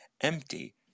empty